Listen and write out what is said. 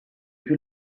più